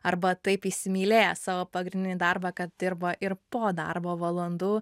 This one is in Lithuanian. arba taip įsimylėję savo pagrindinį darbą kad dirba ir po darbo valandų